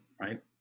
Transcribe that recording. right